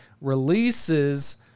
releases